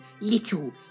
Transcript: little